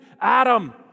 Adam